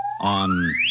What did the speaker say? on